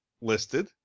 listed